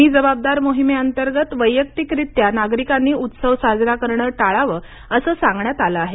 मी जबाबदार मोहिमे अंतर्गत वैयक्तिकरित्या नागरिकांनी उत्सव साजरा करणं टाळावं असं सांगण्यात आलं आहे